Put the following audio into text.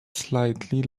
slightly